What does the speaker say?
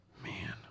Man